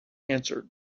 answered